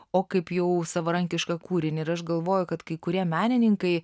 o kaip jau savarankišką kūrinį ir aš galvoju kad kai kurie menininkai